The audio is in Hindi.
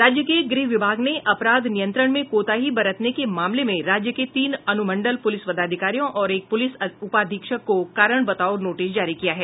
राज्य के गृह विभाग ने अपराध नियंत्रण में कोताही बरतने के मामले में राज्य के तीन अनुमंडल पुलिस पदाधिकारियों और एक पुलिस उपाधीक्षक को कारण बताओ नोटिस जारी किया है